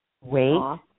Wait